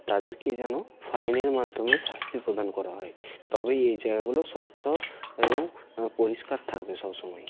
তাদেরকে যেন ফাইনের মাধ্যমে শাস্তি প্রদান করা হয় তবেই এই জায়গাগুলো স্বচ্ছ এবং পরিষ্কার থাকবে সব সময়ই